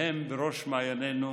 והם בראש מעיינינו,